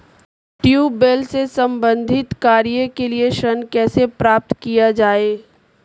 Tubewell से संबंधित कार्य के लिए ऋण कैसे प्राप्त किया जाए?